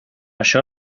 això